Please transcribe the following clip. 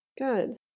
Good